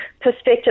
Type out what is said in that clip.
perspective